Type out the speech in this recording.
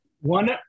One